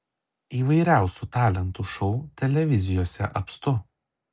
įvairiausių talentų šou televizijose apstu